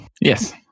yes